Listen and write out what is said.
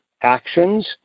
actions